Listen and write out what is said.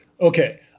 Okay